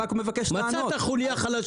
מצאת חוליה חלשה.